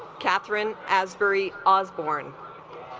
catherine asbury osbourne